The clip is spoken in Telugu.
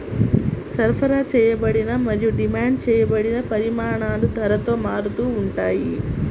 సరఫరా చేయబడిన మరియు డిమాండ్ చేయబడిన పరిమాణాలు ధరతో మారుతూ ఉంటాయి